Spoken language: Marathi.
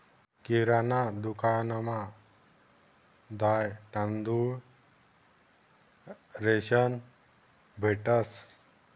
किराणा दुकानमा दाय, तांदूय, रेशन भेटंस